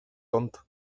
tonto